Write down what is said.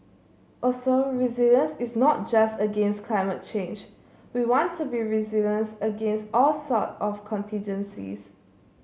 also resilience is not just against climate change we want to be against all sort of contingencies